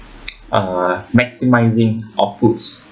uh maximising outputs